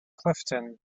clifton